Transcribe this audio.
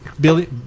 Billy